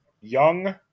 young